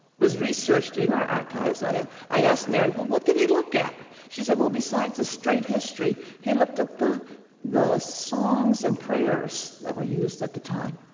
was researched in our archives. i ah i asked mary, well, what did he look at? she said, well, besides the straight history, he looked at the the songs and prayers that were used at the time.